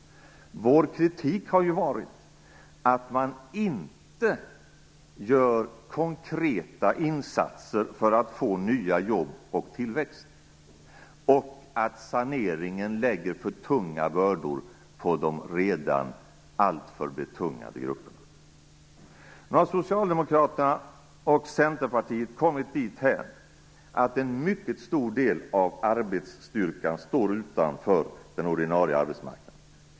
Vår kritik har ju varit att man inte gör konkreta insatser för att få nya jobb och tillväxt samt att saneringen lägger för tunga bördor på de grupper som redan är alltför nedtyngda. Nu har Socialdemokraterna och Centerpartiet kommit dithän att en mycket stor del av arbetsstyrkan står utanför den ordinarie arbetsmarknaden.